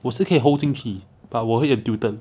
我是可以 hold 进去 but 我会很 tilted